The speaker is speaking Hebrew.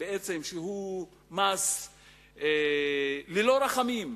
שהוא מס ללא רחמים,